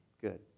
Good